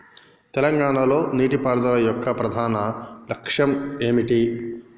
తెలంగాణ లో నీటిపారుదల యొక్క ప్రధాన లక్ష్యం ఏమిటి?